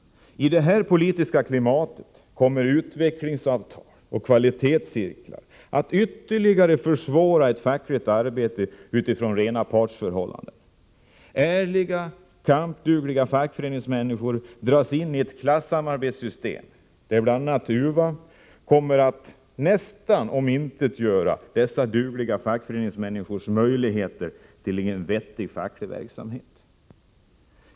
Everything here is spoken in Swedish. I detta politiska klimat kommer utvecklingsavtal och kvalitetscirklar att ytterligare försvåra ett fackligt arbete utifrån rena partsförhållanden. Ärliga och kampdugliga fackföreningsmänniskor dras in i ett klassamarbetssystem, där bl.a. UVA kommer att nästan omintetgöra dessa dugliga fackföreningsmänniskors möjligheter till en vettig facklig verksamhet.